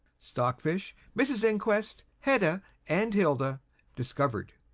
stockfish, mrs inquest, hedda and hilda discovered.